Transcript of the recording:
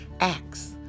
acts